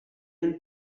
and